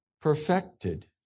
perfected